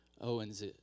Owen's